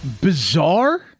bizarre